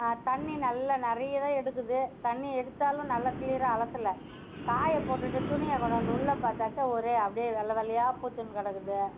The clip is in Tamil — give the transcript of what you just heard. தண்ணிர் நல்லா நிறைய தான் எடுக்குது தண்ணிர் எடுத்தாலும் நல்ல கிளியராக அலசலை காயப்போட்டுவிட்டு துணியை கொண்டு வந்து உள்ளேப் பார்த்தாக்கா ஒரே அப்படியே வெள்ளை வெள்ளையாக பூத்துன்னு கிடக்குது